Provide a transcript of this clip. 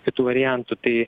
kitų variantų tai